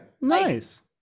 Nice